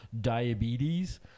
diabetes